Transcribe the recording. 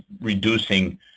reducing